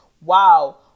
wow